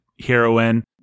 heroine